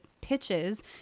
pitches